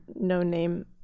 no-name